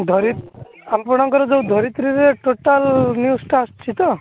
ଧରି ଆପଣଙ୍କର ଯୋଉ ଧରିତ୍ରୀରେ ଟୋଟାଲ୍ ନ୍ୟୁଜ୍ ଟା ଆସୁଛି ତ